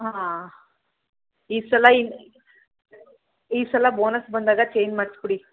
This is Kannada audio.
ಹಾಂ ಈ ಸಲ ಈ ಸಲ ಬೋನಸ್ ಬಂದಾಗ ಚೇಂಜ್ ಮಾಡ್ಸ್ಬಿಡಿ